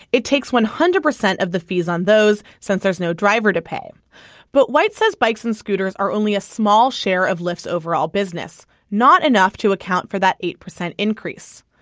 it takes one hundred percent of the fees on those since there's no driver to pay but white said bikes and scooters are only a small share of lyft's overall business and not enough to account for that eight percent increase.